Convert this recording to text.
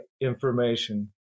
information